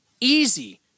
easy